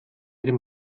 den